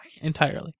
Entirely